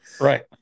Right